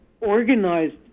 organized